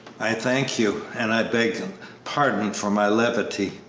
i thank you, and i beg pardon for my levity,